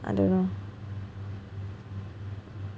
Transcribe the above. I don't know